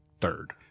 third